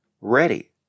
ready